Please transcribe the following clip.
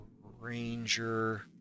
ranger